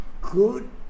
good